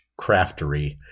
craftery